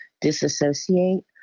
disassociate